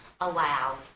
allow